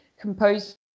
composed